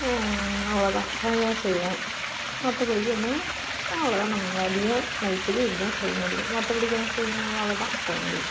அவ்வளோ தான் பனியாரம் செய்வேன் மற்றப்படிக்கி எதுவும் அவ்வளோ தான் நம் மதியம் நைட்டுக்கு இதுதான் செய்ய முடியும் மற்றப்படிக்கி என்ன செய்வோம் அவ்வளோ தான் செய்ய முடியும்